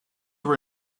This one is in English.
were